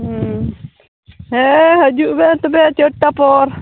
ᱦᱮᱸ ᱦᱤᱡᱩᱜ ᱢᱮ ᱛᱚᱵᱮ ᱪᱟᱨᱴᱟ ᱯᱚᱨ